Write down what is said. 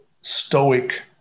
stoic